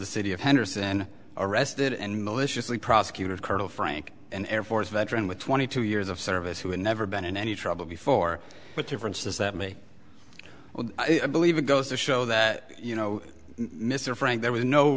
the city of henderson arrested and maliciously prosecutors colonel frank an air force veteran with twenty two years of service who had never been in any trouble before but difference is that me i believe it goes to show that you know mr frank there was no